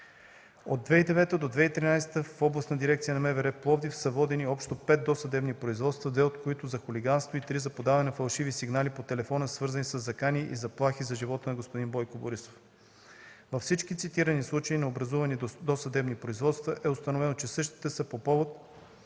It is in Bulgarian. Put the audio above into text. От 2009 г. до 2013 г. в Областна дирекция на МВР – Пловдив, са водени общо пет досъдебни производства, две от които са хулиганство и три за подаване на фалшиви сигнали по телефона, свързани със закани и заплахи за живота на господин Бойко Борисов. Във всички цитирани случаи на образувани досъдебни производства е установено, че същите са по повод